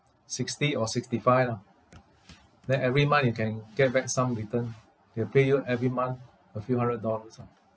sixty or sixty five lah then every month you can get back some return they'll pay you every month a few hundred dollars ah